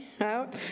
out